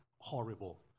Horrible